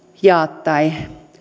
jaa tai